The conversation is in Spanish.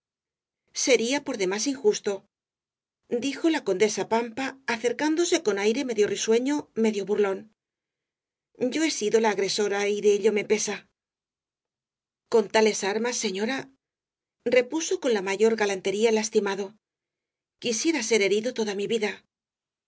sería por demás injusto dijo la condesa pampa acercándose con aire medio risueño medio burlón yo he sido la agresora y de ello me pesa con tales armas señora repuso con la mayor galantería el lastimado quisiera ser herido toda mi vida